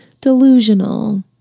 delusional